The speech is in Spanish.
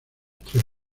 tres